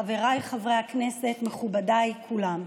חבריי חברי הכנסת, מכובדיי כולם,